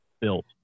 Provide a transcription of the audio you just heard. built